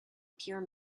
pure